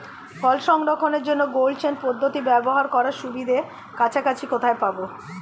ফল সংরক্ষণের জন্য cold chain পদ্ধতি ব্যবহার করার সুবিধা কাছাকাছি কোথায় পাবো?